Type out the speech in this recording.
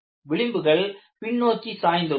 விளிம்புகள் பின்னோக்கி சாய்ந்து உள்ளன